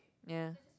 ya